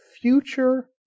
future